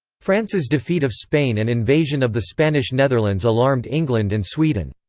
france's defeat of spain and invasion of the spanish netherlands alarmed england and sweden.